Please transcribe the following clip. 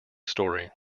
story